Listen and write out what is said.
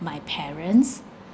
my parents